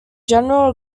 general